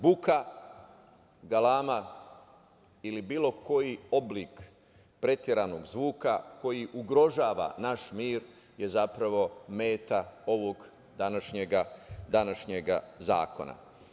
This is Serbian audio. Buka, galama ili bilo koji oblik preteranog zvuka koji ugrožava naš mir je zapravo meta ovog današnjeg zakona.